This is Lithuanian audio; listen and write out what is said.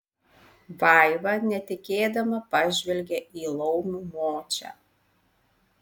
vaiva netikėdama pažvelgė į laumių močią